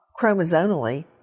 chromosomally